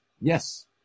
Yes